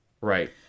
Right